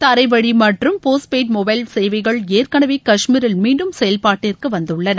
தரை வழி மற்றும் போஸ்ட் பெய்டு மொபைள் சேவைகள் ஏற்கனவே கஷ்மீரில் மீண்டும் செயல்பாட்டிற்கு வந்துள்ளன